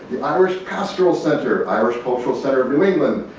irish pastoral center, irish cultural center of new england,